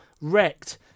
Wrecked